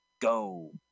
go